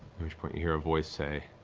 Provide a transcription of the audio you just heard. which point, you hear a voice say,